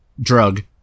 drug